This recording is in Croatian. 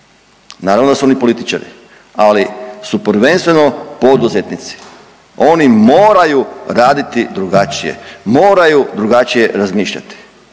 naravno da su oni političari, ali su prvenstveno poduzetnici. Oni moraju raditi drugačije, moraju drugačije razmišljati.